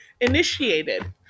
initiated